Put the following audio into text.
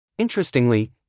Interestingly